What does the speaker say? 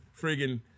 friggin